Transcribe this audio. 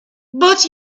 but